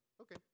Okay